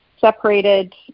separated